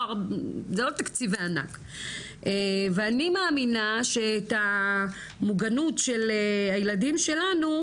זה לא תקציבי ענק ואני מאמינה שאת המוגנות של הילדים שלנו,